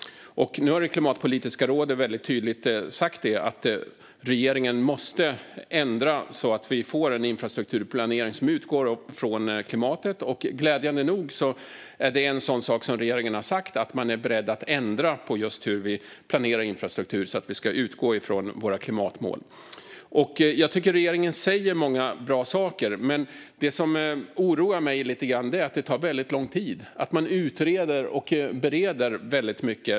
Nu har Klimatpolitiska rådet väldigt tydligt sagt att regeringen måste ändra så att vi får en infrastrukturplanering som utgår från klimatet. Glädjande nog har regeringen sagt att man är beredd att ändra på hur man planerar infrastruktur, så att man ska utgå från våra klimatmål. Jag tycker att regeringen säger många bra saker, men det som oroar mig lite grann är att det tar väldigt lång tid. Man utreder och bereder väldigt mycket.